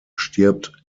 stirbt